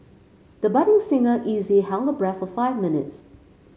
the budding singer easily held her breath for five minutes